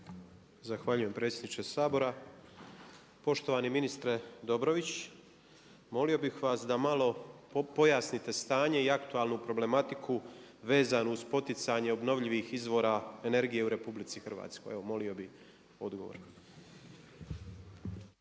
Zahvaljujem predsjedniče Sabora. Poštovani ministre Dobrović, molio bih vas da malo pojasnite stanje i aktualnu problematiku vezanu uz poticanje obnovljivih izvora energije u RH. Evo molio bih odgovor.